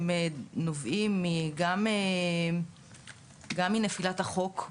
הם נובעים גם מנפילת החוק,